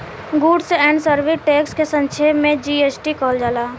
goods and service tax के संक्षेप में जी.एस.टी कहल जाला